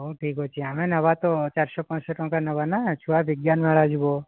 ହେଉ ଠିକ୍ ଅଛି ଆମେ ନେବା ତ ଚାରିଶହ ପାଞ୍ଚଶହ ଟଙ୍କା ନେବାନା ଛୁଆ ବିଜ୍ଞାନ ମେଳା ଯିବ